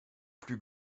plus